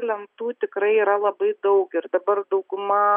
lentų tikrai yra labai daug ir dabar dauguma